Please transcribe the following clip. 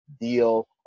deal